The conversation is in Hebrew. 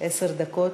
עשר דקות.